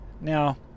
Now